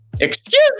Excuse